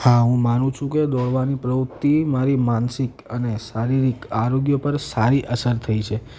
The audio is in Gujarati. હા હું માનું છું કે દોડવાની પ્રવૃત્તિ મારી માનસિક અને શારીરિક આરોગ્ય પર સારી અસર થઈ છે